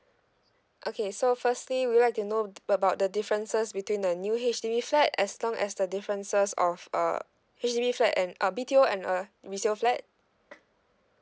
okay so firstly you like to know about the differences between the new H_D_B flat as well as the differences of uh H_D_B flat and err B_T_O and a resale flat